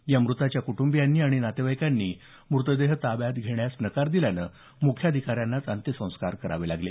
या मृताच्या कुंटुंबियांनी आणि नातेवाईकांनी मृतदेह ताब्यात घेण्यास नकार दिल्यानं मुख्याधिकाऱ्यांनाच अंत्यसंस्कार करावे लागले